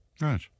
Right